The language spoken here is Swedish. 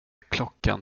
klockan